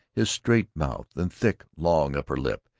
his straight mouth and thick, long upper lip,